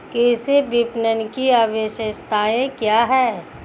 कृषि विपणन की विशेषताएं क्या हैं?